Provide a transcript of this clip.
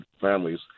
families